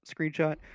screenshot